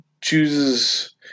chooses